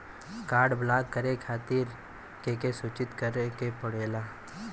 Card block करे बदी के के सूचित करें के पड़ेला?